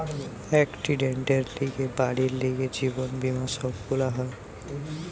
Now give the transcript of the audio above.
একসিডেন্টের লিগে, বাড়ির লিগে, জীবন বীমা সব গুলা হয়